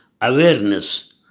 awareness